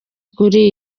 kuri